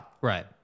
Right